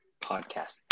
podcast